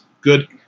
good